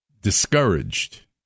discouraged